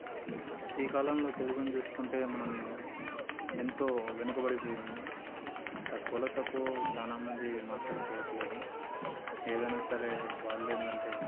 ఈ కాలంలో తెలుగుని చూస్కుంటే మనం ఎంతో వెనుకబడిపోయింది తక్కువలో తక్కువ చాలా మంది మాట్లాడుకోవట్లేదు ఏదైనా సరే వాళ్ళు ఏంటంటే